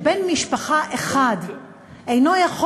החריג שאומר: אלא אם כן הוא פגע בו,